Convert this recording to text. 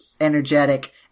energetic